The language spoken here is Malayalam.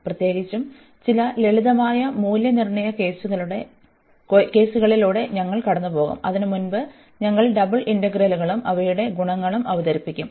പ്രത്യേകിച്ചും ചില ലളിതമായ മൂല്യനിർണ്ണയ കേസുകളിലൂടെ ഞങ്ങൾ കടന്നുപോകും അതിനുമുമ്പ് ഞങ്ങൾ ഡബിൾ ഇന്റഗ്രലുകളും അവയുടെ ഗുണങ്ങളും അവതരിപ്പിക്കും